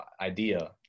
idea